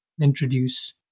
introduce